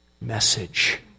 message